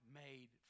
made